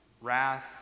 Wrath